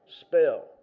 Spell